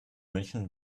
münchen